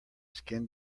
skin